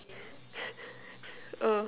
oh